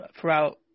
throughout